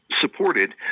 supported